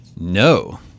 No